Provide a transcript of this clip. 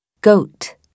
goat